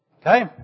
Okay